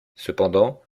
cependant